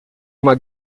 uma